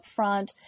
upfront